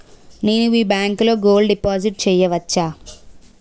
నేను మీ బ్యాంకులో గోల్డ్ డిపాజిట్ చేయవచ్చా?